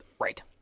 Right